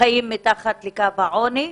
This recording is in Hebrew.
חיים מתחת לקו העוני,